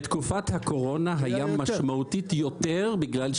בתקופת הקורונה היה יותר באופן משמעותי כי אז,